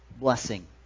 blessing